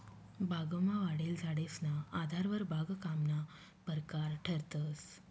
बागमा वाढेल झाडेसना आधारवर बागकामना परकार ठरतंस